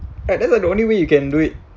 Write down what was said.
and then the only way you can do it